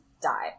die